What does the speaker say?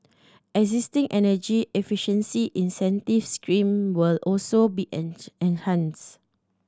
existing energy efficiency incentive scheme will also be enhanced